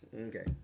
Okay